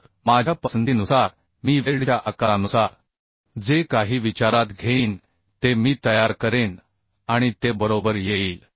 तर माझ्या पसंतीनुसार मी वेल्डच्या आकारानुसार जे काही विचारात घेईन ते मी तयार करेन आणि ते बरोबर येईल